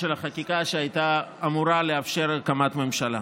החקיקה שהייתה אמורה לאפשר הקמת ממשלה.